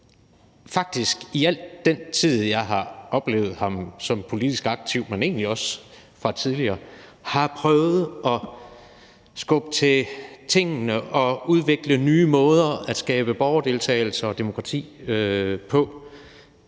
faktisk i al den tid, jeg har oplevet ham som politisk aktiv, men egentlig også tidligere – har prøvet at skubbe til tingene og udvikle nye måder at skabe borgerdeltagelse og demokrati på,